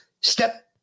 step